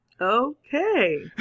Okay